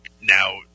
now